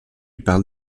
parle